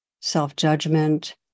self-judgment